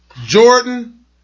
Jordan